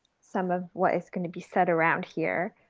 some of what is gonna be set around here,